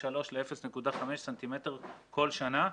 0.3 ס"מ ל-0.5 ס"מ כל שנה.